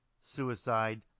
suicide